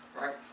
Right